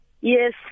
yes